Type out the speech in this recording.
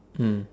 mm